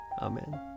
Amen